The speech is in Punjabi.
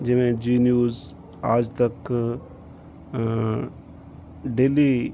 ਜਿਵੇਂ ਜੀ ਨਿਊਜ ਆਜ ਤੱਕ ਡੇਲੀ